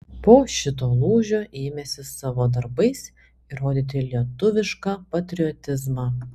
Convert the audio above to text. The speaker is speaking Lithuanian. po šito lūžio ėmėsi savo darbais įrodyti lietuvišką patriotizmą